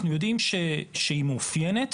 אנחנו יודעים שהיא מאופיינת,